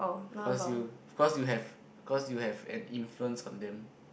cause you cause you have cause you have an influence on them